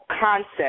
concept